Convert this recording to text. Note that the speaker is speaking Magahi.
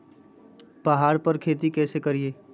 पहाड़ पर खेती कैसे करीये?